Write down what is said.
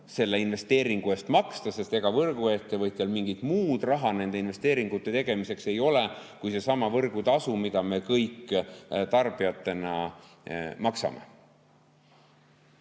selle investeeringu eest maksta. Ega võrguettevõtjal mingit muud raha nende investeeringute tegemiseks ei ole kui seesama võrgutasu, mida me kõik tarbijatena maksame.